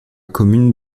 commune